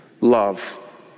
love